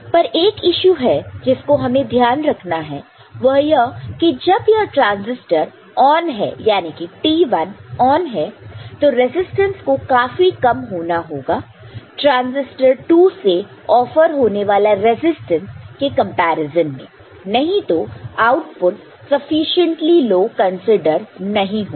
पर एक इशू है जिसका हमें ध्यान रखना है वह यह कि जब यह ट्रांसिस्टर ऑन है यानी T1 ऑन है तो रेजिस्टेंसस को काफी कम होना होगा ट्रांजिस्टर 2 से ऑफर होने वाला रेसिस्टेंट के कंपैरिजन में नहीं तो आउटपुट सफिशिएंटली लो कंसीडर नहीं होगा